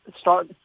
start